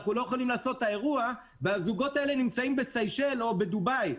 אנחנו לא יכולים לעשות את האירוע והזוגות האלה נמצאים בסיישל או בדובאי.